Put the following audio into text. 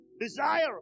desire